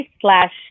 slash